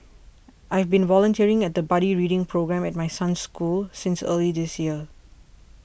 I've been volunteering at the buddy reading programme at my son's school since early this year